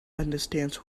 understands